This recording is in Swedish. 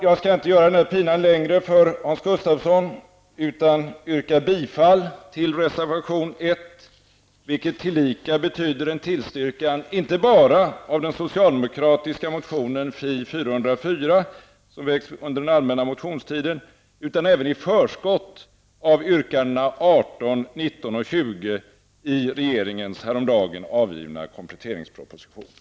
Jag skall inte göra pinan längre för Hans Gustafsson utan yrkar bifall till reservation 1, vilket tillika innebär ett tillstyrkande inte bara av den socialdemokratiska motionen Fi404, som väckts under den allmänna motionstiden, utan även i förskott av yrkandena 18, 19 och 20 i regeringens häromdagen avgivna kompletteringsproposition.